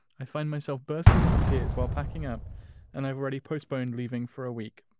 i find myself bursting into tears while packing up and i've already postponed leaving for a week.